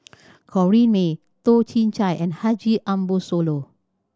Corrinne May Toh Chin Chye and Haji Ambo Sooloh